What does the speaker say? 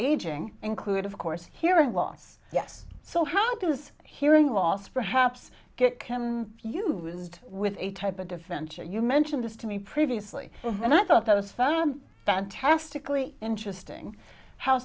aging include of course hearing loss yes so how does hearing loss perhaps get can used with a type of defense or you mentioned this to me previously and i thought i was found fantastically interesting how